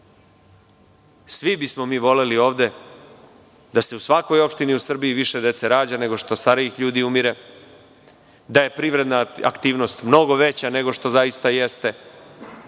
bismo mi voleli ovde da se u svakoj opštini u Srbiji više dece rađa nego što starijih ljudi umire, da je privredna aktivnost mnogo veća nego što zaista jeste,